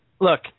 Look